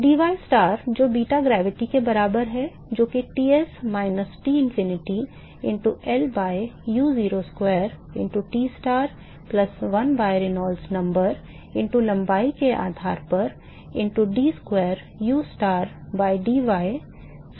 dystar जो beta gravity के बराबर है जो कि Ts minus Tinfinity into L by u0 square into Tstar plus 1 by Reynolds number into लंबाई के आधार पर into d square u star by d y star square होगा